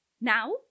Now